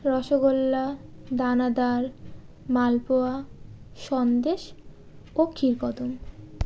রসগোল্লা দানাদার মালপোয়া সন্দেশ ও ক্ষীরকদম